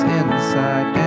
inside